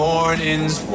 Morning's